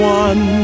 one